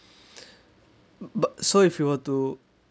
bu~ so if you were to